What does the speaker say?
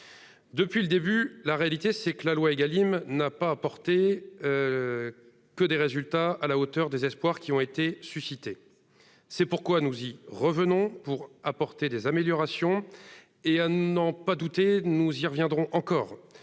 Depuis le début, la loi Égalim n'a pas apporté des résultats à la hauteur des espoirs suscités. C'est pourquoi nous y revenons pour proposer des améliorations. À n'en pas douter, nous y reviendrons encore.